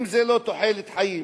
אם לא בתוחלת חיים?